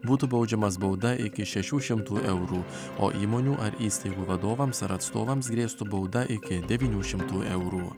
būtų baudžiamas bauda iki šešių šimtų eurų o įmonių ar įstaigų vadovams ar atstovams grėstų bauda iki devynių šimtų eurų